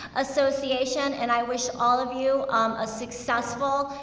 association. and i wish all of you um a successful,